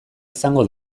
izango